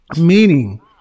Meaning